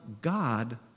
God